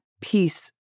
peace